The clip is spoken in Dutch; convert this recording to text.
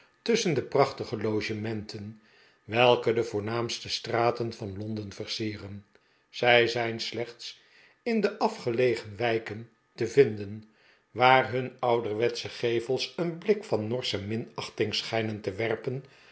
tusschen de praehtige logementen welke de voornaamste straten van londen versieren zij zijn slechts in de afgelegen wijken te yinden waar hun ouderwetsche gevels een blik van norsche minachting schijne n te werpen